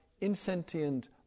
insentient